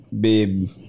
babe